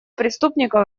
преступников